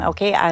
Okay